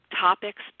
topics